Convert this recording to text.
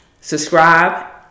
subscribe